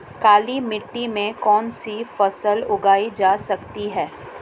काली मिट्टी में कौनसी फसलें उगाई जा सकती हैं?